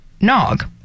nog